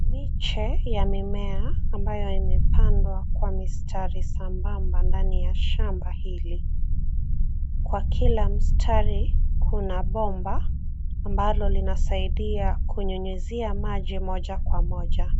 Miche ya mimea ambayo imepandwa kwa mistari sambamba ndani ya shamba hili. Kwa kila mstari kuna bomba ambalo linasaidia kunyunyizia maji moja kwa moja.